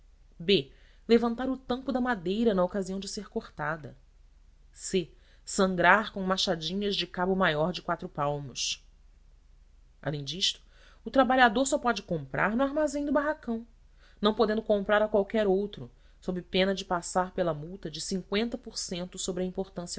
b levantar o tampo da madeira na ocasião de ser cortada c sangrar com machadinhas de cabo maior de quatro palmos além disto o trabalhador só pode comprar no armazém do barracão não podendo comprar a qualquer outro sob pena de passar pela multa de sobre a importância